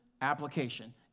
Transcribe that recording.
Application